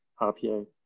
RPA